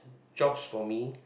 jobs for me